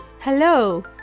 Hello